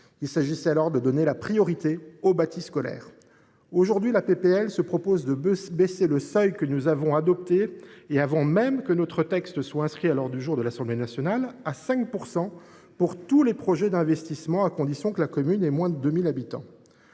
Il s’agissait alors de donner la priorité au bâti scolaire. Aujourd’hui, cette proposition de loi tend à abaisser le seuil que nous avons adopté, avant même que notre texte soit inscrit à l’ordre du jour de l’Assemblée nationale, à 5 % pour tous les projets d’investissement, à condition que la commune compte moins de 2 000 habitants.